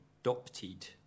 Adopted